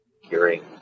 hearing